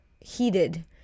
heated